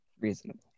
reasonable